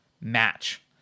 match